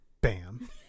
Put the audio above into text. bam